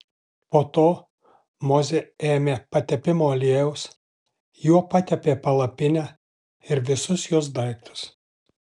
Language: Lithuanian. po to mozė ėmė patepimo aliejaus juo patepė palapinę ir visus jos daiktus